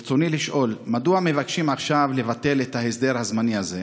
ברצוני לשאול: 1. מדוע מבקשים עכשיו לבטל את ההסדר הזמני הזה?